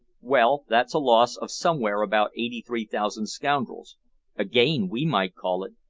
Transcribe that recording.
well, that's a loss of somewhere about eighty three thousand scoundrels a gain we might call it,